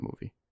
movie